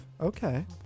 Okay